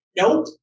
nope